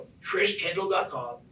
TrishKendall.com